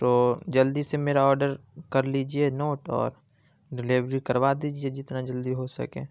تو جلدی سے میرا آرڈر کر لیجیے نوٹ اور ڈیلیوری کروا دیجیے جتنا جلدی ہو سکے